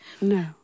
No